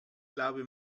glaube